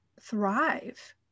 thrive